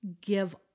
give